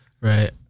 Right